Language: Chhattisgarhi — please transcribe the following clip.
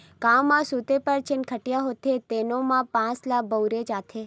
गाँव म सूते बर जेन खटिया होथे तेनो म बांस ल बउरे जाथे